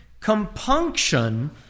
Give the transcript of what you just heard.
compunction